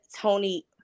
Tony